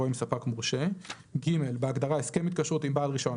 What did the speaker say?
"עם ספק מורשה"; בהגדרה "הסכם התקשרות עם בעל רישיון",